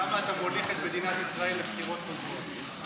למה אתה מוליך את מדינת ישראל לבחירות חוזרות.